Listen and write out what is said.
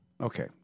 Okay